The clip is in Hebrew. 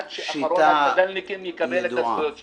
לא נרד מהעץ עד שאחרון הצד"לניקים יקבל את הזכויות שלו.